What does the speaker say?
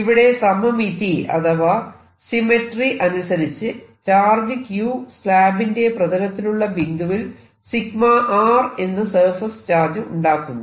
ഇവിടെ സമമിതി അഥവാ സിമെട്രി അനുസരിച്ച് ചാർജ് q സ്ലാബിന്റെ പ്രതലത്തിലുള്ള ബിന്ദുവിൽ എന്ന സർഫേസ് ചാർജ് ഉണ്ടാക്കുന്നു